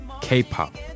K-pop